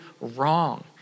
wrong